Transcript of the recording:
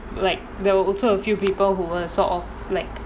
like there were also a few people who were sort of flag